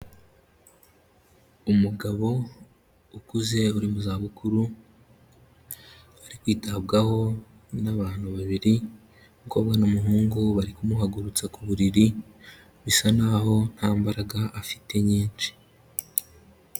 Umugabo ukuze uri mu zabukuru ari kwitabwaho n'abantu babiri, umukobwa n'umuhungu bari kumuhagurutsa ku buriri, bisa naho nta mbaraga afite nyinshi.